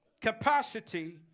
capacity